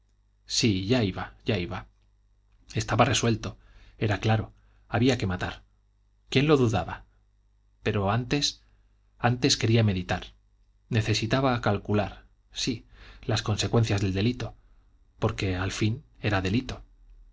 sí ya iba ya iba estaba resuelto era claro había que matar quién lo dudaba pero antes antes quería meditar necesitaba calcular sí las consecuencias del delito porque al fin era delito